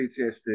PTSD